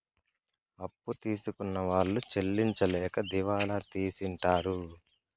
అప్పు తీసుకున్న వాళ్ళు చెల్లించలేక దివాళా తీసింటారు